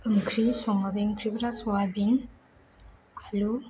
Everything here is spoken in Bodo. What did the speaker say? ओंख्रि सङो बे ओंख्रिफ्रा स्वाबिन आलु